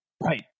Right